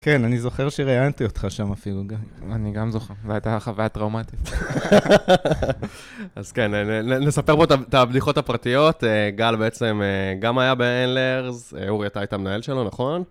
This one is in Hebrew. כן, אני זוכר שראיינתי אותך שם אפילו, גל. אני גם זוכר, זו הייתה חוויה טראומטית. אז כן, נספר פה את ההבדיחות הפרטיות. גל בעצם גם היה ב-N-learns, הוא ראיתי את המנהל שלו, נכון?